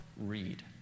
read